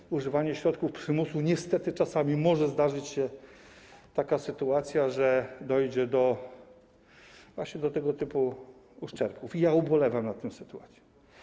Przy używaniu środków przymusu niestety czasami może zdarzyć się taka sytuacja, że dojdzie właśnie do tego typu uszczerbków, i ubolewam nad tą sytuacją.